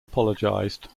apologised